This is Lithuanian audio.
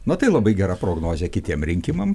nu tai labai gera prognozė kitiem rinkimam